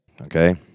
okay